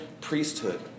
priesthood